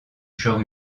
genre